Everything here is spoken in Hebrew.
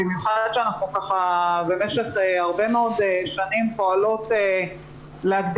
במיוחד שבמשך הרבה מאוד שנים אנחנו פועלות להגדיל